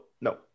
no